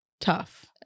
tough